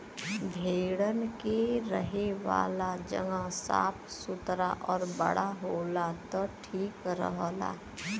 भेड़न के रहे वाला जगह साफ़ सुथरा आउर बड़ा होला त ठीक रहला